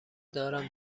دارم